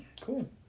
Cool